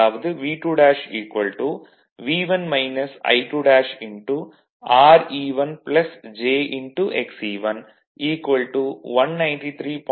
அதாவது V2 V1 I2Re1 jXe1 193